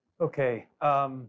Okay